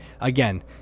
again